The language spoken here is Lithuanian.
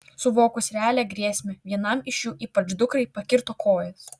suvokus realią grėsmę vienam iš jų ypač dukrai pakirto kojas